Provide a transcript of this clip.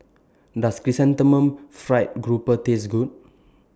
Does Chrysanthemum Fried Grouper Taste Good